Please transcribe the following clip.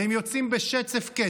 והם יוצאים בשצף-קצף,